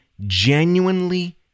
genuinely